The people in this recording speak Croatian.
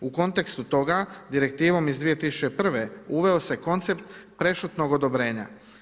U kontekstu toga direktivom iz 2001. uveo se koncept prešutnog odobrenja.